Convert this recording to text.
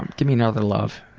and give me another love.